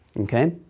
okay